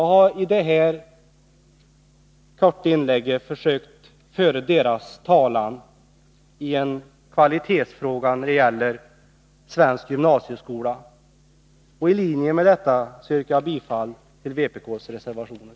Jag har i det här korta inlägget försökt föra deras talan i en kvalitetsfråga när det gäller svensk gymnasieskola. I linje med detta yrkar jag bifall till vpk:s reservationer.